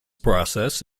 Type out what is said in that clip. process